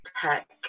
tech